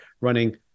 running